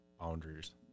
boundaries